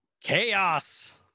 Chaos